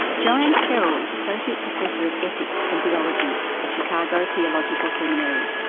joanne terrell is associate professor of ethics and theology at chicago theological seminary.